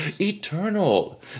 eternal